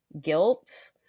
guilt